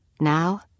Now